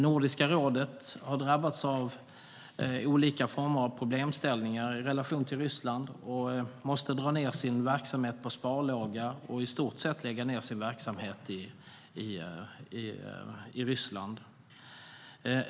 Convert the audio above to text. Nordiska rådet har drabbats av olika former av problem i relationen till Ryssland, måste dra ned sin verksamhet på sparlåga och i stort sett lägga ned sin verksamhet i Ryssland.